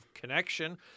Connection